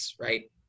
right